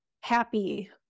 happy